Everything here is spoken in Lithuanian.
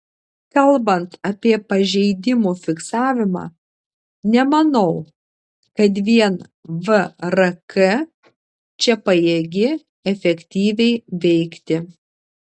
kalbant apie pažeidimų fiksavimą nemanau kad vien vrk čia pajėgi efektyviai veikti